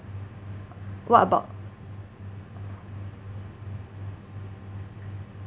what about